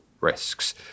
risks